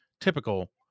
typical